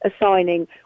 assigning